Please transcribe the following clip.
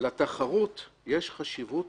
לתחרות יש חשיבות